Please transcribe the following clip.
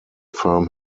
firm